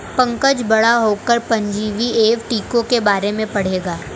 पंकज बड़ा होकर परजीवी एवं टीकों के बारे में पढ़ेगा